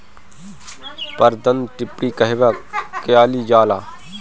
पारद टिक्णी कहवा कयील जाला?